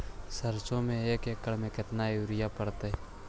सरसों में एक एकड़ मे केतना युरिया पड़तै?